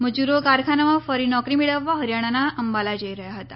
મજૂરો કારખાનામાં ફરી નોકરી મેળવવા હરિયાણાના અંબાલા જઇ રહ્યા હતા